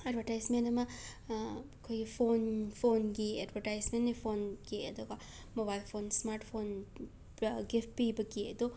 advertisement ꯑꯃ ꯑꯩꯈꯣꯏꯌꯤ phone ꯐꯣꯟꯒꯤ ꯑꯦꯗꯕꯔꯇꯥꯏꯁꯃꯦꯟꯅꯦ ꯐꯣꯟꯒꯤ ꯑꯗꯨꯒ ꯃꯣꯕꯥꯏꯜ ꯐꯣꯟ ꯁ꯭ꯃꯥꯔꯠ ꯐꯣꯟ ꯄꯨꯔꯥ ꯒꯤꯐ ꯄꯤꯕꯒꯤ ꯑꯗꯣ